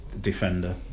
defender